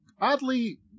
oddly